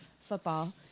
football